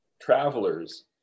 travelers